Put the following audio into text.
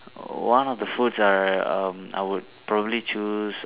one of the food are um I would probably choose